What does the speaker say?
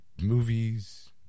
movies